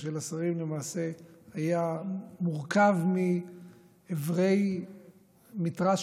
של השרים למעשה היה מורכב מעברי מתרס